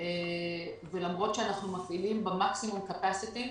למרות שאנחנו מפעילים את היכולת המקסימלית,